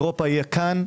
אירופה יהיה כאן.